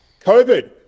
COVID